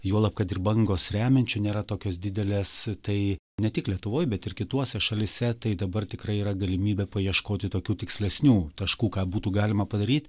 juolab kad ir bangos remiančių nėra tokios didelės tai ne tik lietuvoj bet ir kitose šalyse tai dabar tikrai yra galimybė paieškoti tokių tikslesnių taškų ką būtų galima padaryt